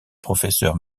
professeur